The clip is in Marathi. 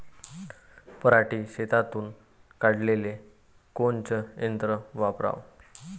पराटी शेतातुन काढाले कोनचं यंत्र वापराव?